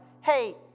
hey